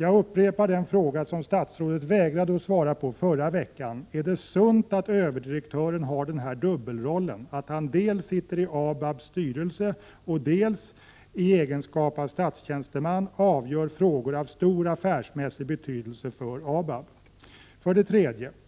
Jag upprepar den fråga som statsrådet vägrade att svara på förra veckan: Är det sunt att överdirektören har den här dubbelrollen — dels sitter i ABAB:s styrelse, dels i egenskap av statstjänsteman avgör frågor av stor affärsmässig betydelse för ABAB?